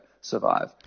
survive